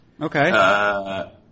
Okay